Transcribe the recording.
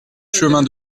chemin